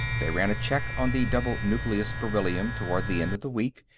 they ran a check on the double-nucleus beryllium toward the end of the week,